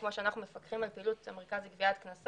כמו שאנחנו מפקחים על המרכז לגביית קנסות.